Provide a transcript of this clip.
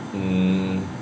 mm